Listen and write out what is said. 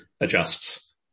adjusts